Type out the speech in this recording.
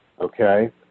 okay